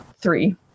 three